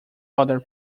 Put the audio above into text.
other